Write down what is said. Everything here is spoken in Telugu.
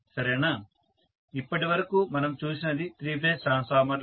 సరేనా ఇప్పటివరకు మనం చూసినది త్రీ ఫేజ్ ట్రాన్స్ఫార్మర్లు